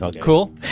Cool